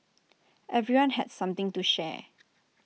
everyone had something to share